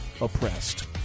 oppressed